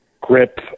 grip